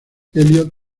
eliot